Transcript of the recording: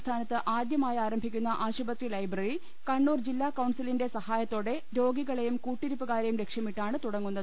സംസ്ഥാ നത്ത് ആദ്യമായി ആരംഭിക്കുന്ന ആശുപത്രി ലൈബ്രറി കണ്ണൂർ ജില്ലാ കൌൺസിലിന്റെ സഹായത്തോടെ രോഗികളെയും കൂട്ടിരി പ്പുകാരെയും ലക്ഷ്യമിട്ടാണ് തുടങ്ങുന്നത്